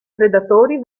predatori